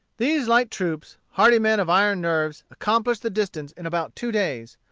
these light troops, hardy men of iron nerves, accomplished the distance in about two days.